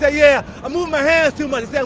ah yeah, i move my hands too much. i said,